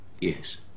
Yes